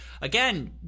again